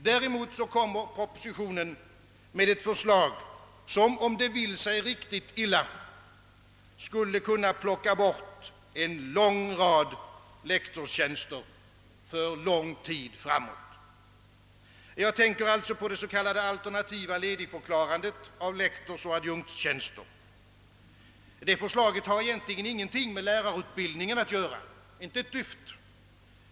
Däremot kommer propositionen med ett förslag som, om det vill sig riktigt illa, skulle kunna medföra, att man plockar bort en lång rad lektorstjänster för lång tid framåt. Jag tänker alltså på det s.k. alternativa ledigförklarandet av lektorsoch adjunktstjänster. Det förslaget har egentligen ingenting med lärarutbildningen att göra.